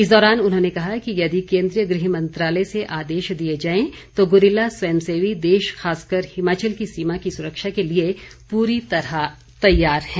इस दौरान उन्होंने कहा कि यदि केंद्रीय गृह मंत्रालय से आदेश दिए जाएं तो गुरिल्ला स्वयं सेवी देश खासकर हिमाचल की सीमा की सुरक्षा के लिए पूरी तरह तैयार है